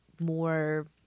more